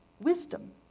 wisdom